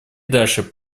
дальше